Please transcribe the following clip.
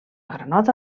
granota